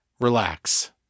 Relax